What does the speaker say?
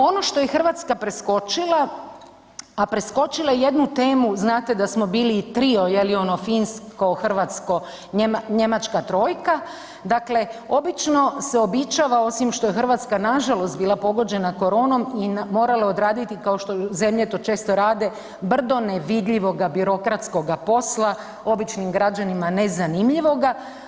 Ono što je Hrvatska preskočila, a preskočila je jednu temu znate da smo bili trio je li ono finsko, hrvatsko, njemačka trojka dakle obično se običava osim što je Hrvatska nažalost bila pogođena korom i morala odraditi kao što zemlje to često rade, brdo nevidljivoga birokratskoga posla, običnim građanima nezanimljivoga.